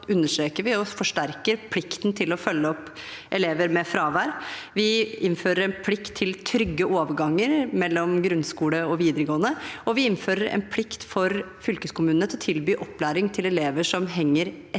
understreker og forsterker vi plikten til å følge opp elever med fravær. Vi innfører en plikt til trygge overganger mellom grunnskole og videregående, og vi innfører en plikt for fylkeskommunene til å tilby opplæring til elever som henger etter